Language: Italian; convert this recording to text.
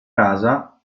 casa